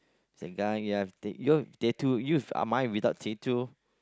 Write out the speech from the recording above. the guy he have you have tattoo you've uh mine without tattoo